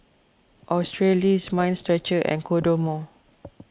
Australis Mind Stretcher and Kodomo